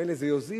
ממילא זה יוזיל.